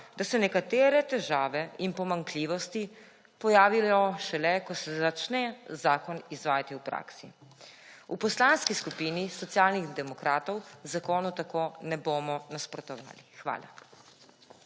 da so nekatere težave in pomanjkljivosti pojavijo šele ko se začne zakon izvajati v praksi. V Poslanski skupini Socialnih demokratov zakonu tako ne bomo nasprotovali. Hvala.